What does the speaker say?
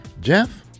Jeff